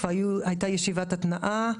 כבר הייתה ישיבת התנעה.